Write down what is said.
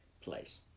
place